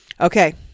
Okay